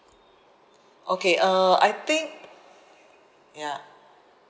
okay uh I think ya